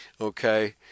Okay